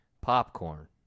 Popcorn